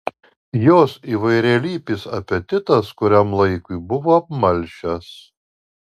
jos įvairialypis apetitas kuriam laikui buvo apmalšęs